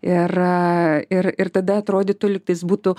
ir ir ir tada atrodytų lyg tais būtų